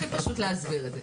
הכי פשוט להסביר את זה.